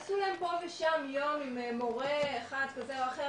עשו להם פה ושם יום עם מורה אחד כזה או אחר,